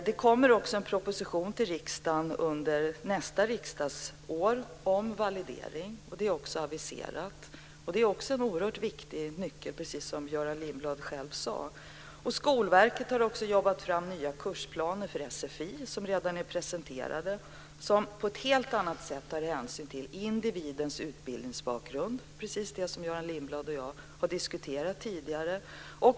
Det kommer också till riksdagen under nästa riksdagsår en proposition om validering. Detta är aviserat. Det är, som Göran Lindblad själv sade, en oerhört viktig nyckel. Vidare har Skolverket jobbat fram nya kursplaner för sfi som redan är presenterade. Dessa tar på ett helt nytt sätt hänsyn till individens utbildningsbakgrund, något som Göran Lindblad och jag har diskuterat tidigare.